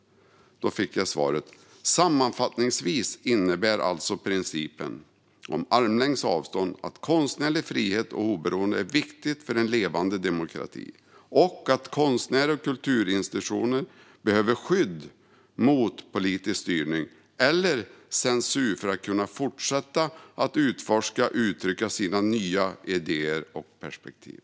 Jag fick svaret att principen om armlängds avstånd sammanfattningsvis innebär att konstnärlig frihet och konstnärligt oberoende är viktigt för en levande demokrati och att konstnärer och kulturinstitutioner behöver skydd mot politisk styrning och censur för att kunna fortsätta utforska och uttrycka sina nya idéer och perspektiv.